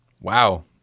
Wow